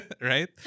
Right